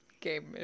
Game